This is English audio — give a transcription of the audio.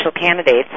candidates